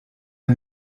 der